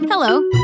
Hello